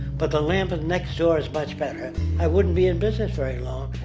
but the lamp and next door is much better, i wouldn't be in business very long.